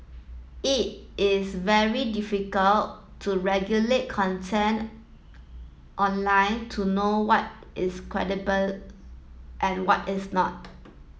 it is very difficult to regulate content online to know what is credible and what is not